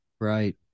Right